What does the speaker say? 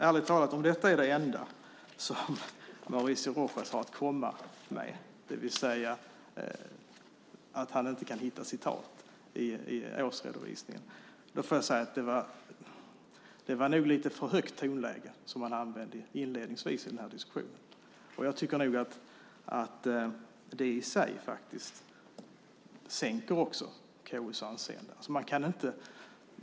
Ärligt talat, om detta är det enda som Mauricio Rojas har att komma med - det vill säga att han inte kan hitta ett citat i årsredovisningen - får jag säga att det nog var ett lite för högt tonläge som han använde inledningsvis i denna diskussion. Jag tycker också att det i sig sänker KU:s anseende.